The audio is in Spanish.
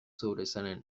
sobresalen